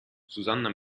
susanna